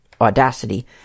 Audacity